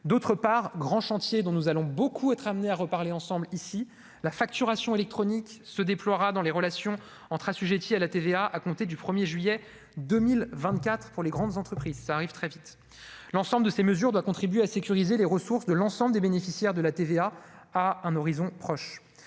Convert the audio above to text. d'autre part, grand chantier dont nous allons beaucoup être amené à reparler ensemble ici la facturation électronique se déploiera dans les relations entre assujettis à la TVA à compter du 1er juillet 2024 pour les grandes entreprises, ça arrive très vite, l'ensemble de ces mesures doit contribuer à sécuriser les ressources de l'ensemble des bénéficiaires de la TVA à un horizon proche,